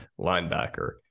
linebacker